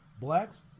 blacks